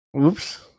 Oops